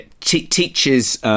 teaches